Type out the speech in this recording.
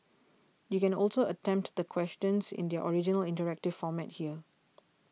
you can also attempt the questions in their original interactive format here